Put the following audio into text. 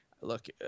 Look